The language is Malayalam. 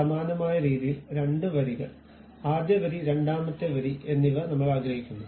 സമാനമായ രീതിയിൽ രണ്ട് വരികൾ ആദ്യ വരി രണ്ടാമത്തെ വരി എന്നിവ നമ്മൾ ആഗ്രഹിക്കുന്നു